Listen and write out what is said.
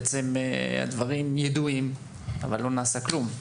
כך שבעצם הדברים ידועים אבל לא נעשה כלום.